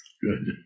Good